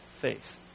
faith